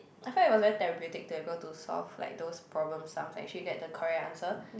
I felt it was very therapeutic to be able to solve like those problem sums and actually get the correct answer